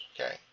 okay